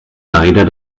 leider